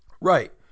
Right